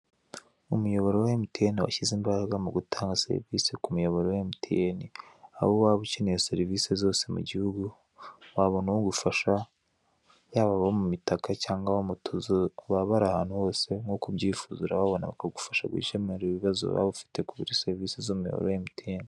Umuyoboro wa emutiyeni washyize imbaraga mu gutanga serivisi ku muyoboro wa emutiyeni. Aho waba ukeneye serivisi zose mu gihugu wabona ugufasha. Yaba abo mu mitaka cyangwa abo mu tuzu baba bari ahantu hose. Nk'uko ubyifuza urababona bakagufasha gukemura ibibazo waba ufite kuri serivisi n'umuyoboro wa emutiyeni.